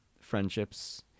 friendships